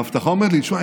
האבטחה אומרת לי: שמע,